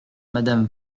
madame